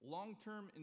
Long-term